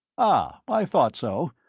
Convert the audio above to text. ah, i thought so.